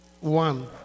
One